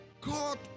God